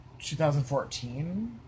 2014